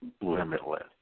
limitless